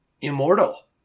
immortal